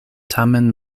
tamen